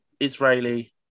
Israeli